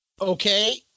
okay